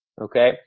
Okay